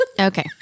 Okay